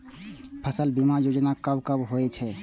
फसल बीमा योजना कब कब होय छै?